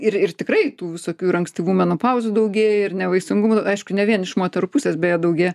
ir ir tikrai tų visokių ir ankstyvų menopauzių daugėja ir nevaisingumų aišku ne vien iš moterų pusės beje daugiau